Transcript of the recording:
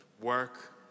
work